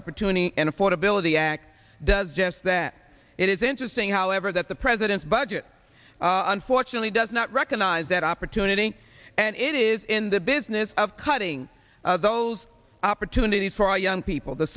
opportunity and affordability act does just that it is interesting however that the president's budget unfortunately does not recognize that opportunity and it is in the business of cutting those opportunities for young people the